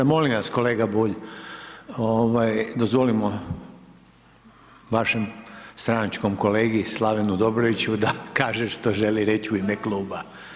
Molim vas, kolega Bulj, dozvolimo vašem stranačkom kolegi Slavenu Dobroviću da kaže što želi reći u ime kluba.